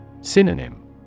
Synonym